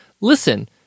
listen